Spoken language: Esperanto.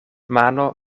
mano